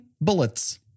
bullets